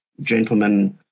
gentlemen